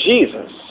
Jesus